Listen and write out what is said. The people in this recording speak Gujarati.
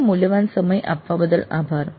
આપનો મૂલ્યવાન સમય આપવા બદલ આભાર